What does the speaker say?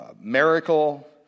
miracle